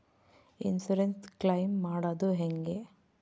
Insurance claim ಮಾಡದು ಹೆಂಗೆ?